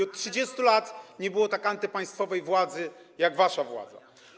Od 30 lat nie było tak antypaństwowej władzy jak wasza władza.